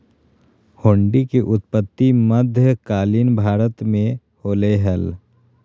हुंडी के उत्पत्ति मध्य कालीन भारत मे होलय हल